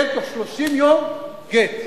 בתוך 30 יום, גט.